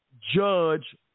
judge